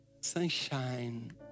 sunshine